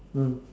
mm